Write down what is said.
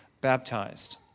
baptized